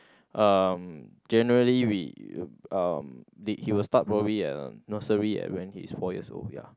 um generally we um late he will start probably at nursery and when he is four years old ya